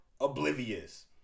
oblivious